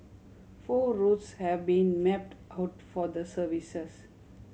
four routes have been mapped coat for the services